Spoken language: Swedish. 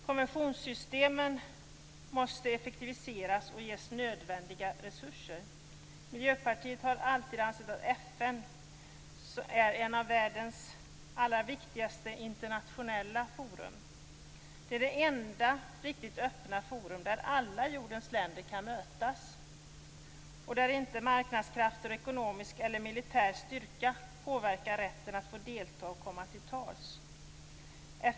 Konventionssystemen måste effektiviseras och ges nödvändiga resurser. Miljöpartiet har alltid ansett att FN är ett av världens allra viktigaste internationella forum. Det är det enda riktigt öppna forum där alla jordens länder kan mötas och där inte marknadskrafter och ekonomisk eller militär styrka påverkar rätten att få delta och komma till tals.